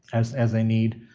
as as they need.